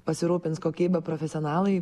pasirūpins kokybe profesionalai